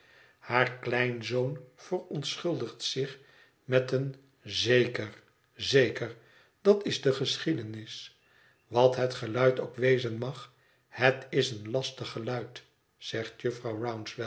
haar kleinzoon verontschuldigt zich met een zeker zeker dat is de geschiedenis wat het geluid ook wezen mag het is een lastig geluid zegt